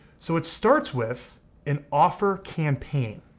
so it starts with an offer campaign.